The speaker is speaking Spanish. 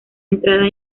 entrada